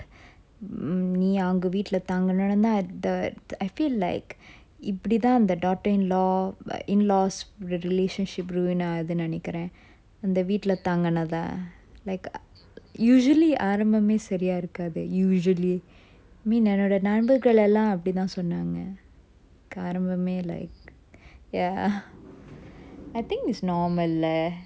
mm நீ அவங்க வீட்ல தங்கனோனுதான்:nee avanga veetla thanganonuthan at the I feel like இப்டிதான் அந்த:ipdithaan antha the daughter in law but in laws relationship ruin ஆவுதுன்னு நெனைக்குரன் அந்த வீட்ல தங்குனா தான்:aavuthunu nenaikkuran antha veetla thanguna than like usually ஆரம்பமே சரியா இருக்காது:aarambame sariya irukkathu usually mean என்னோட நண்பர்கள் எல்லாம் அப்டிதான் சொன்னாங்க ஆரம்பமே:ennoda nanbarkal ellam apdithan sonnanga aarambame like ya I think is normal lah